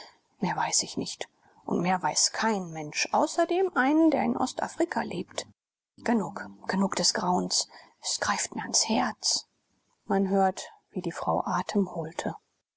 mehr weiß ich nicht und mehr weiß kein mensch außer dem einen der in ostafrika lebt genug genug des grauens es greift mir ans herz man hörte wie die frau atem holte